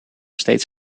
steeds